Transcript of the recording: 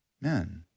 men